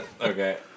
Okay